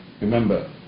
Remember